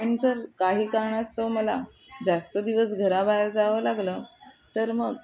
पण जर काही कारणास्तव मला जास्त दिवस घराबाहेर जावं लागलं तर मग